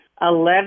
Eleven